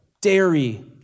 dairy